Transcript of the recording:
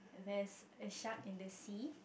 there is a shark in the sea